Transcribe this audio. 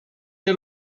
nie